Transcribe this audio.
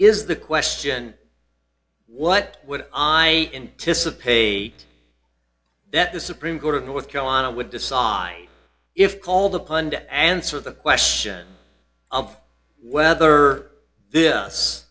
is the question what would i anticipate that the supreme court of north carolina would decide if called upon to answer the question of whether this